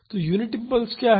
तो unit impulse क्या है